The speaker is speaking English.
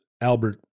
Albert